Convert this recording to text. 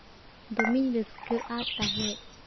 ᱫᱚᱢᱮᱧ ᱨᱟᱹᱥᱠᱟᱹᱜᱼᱟ ᱛᱟᱦᱮᱸᱫ